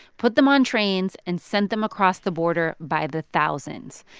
put them on trains and sent them across the border by the thousands.